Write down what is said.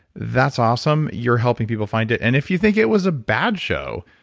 that's awesome. you're helping people find it. and if you think it was a bad show,